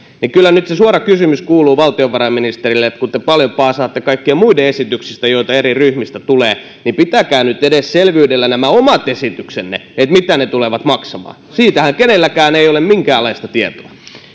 kyllä nyt se suora kommentti valtiovarainministerille kuuluu että kun te paljon paasaatte kaikkien muiden esityksistä joita eri ryhmistä tulee niin pitäkää nyt edes selvinä nämä omat esityksenne mitä ne tulevat maksamaan siitähän kenelläkään ei ole minkäänlaista tietoa